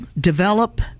develop